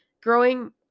growing